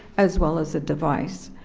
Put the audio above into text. as well as a device.